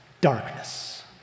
darkness